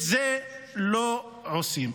את זה לא עושים.